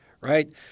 right